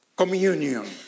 Communion